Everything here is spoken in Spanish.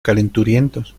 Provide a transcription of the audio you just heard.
calenturientos